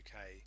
uk